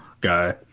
guy